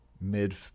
mid